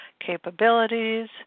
capabilities